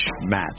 match